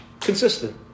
Consistent